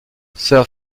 sir